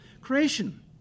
Creation